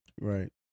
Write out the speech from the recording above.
Right